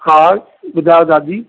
हा ॿुधायो दादी